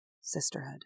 sisterhood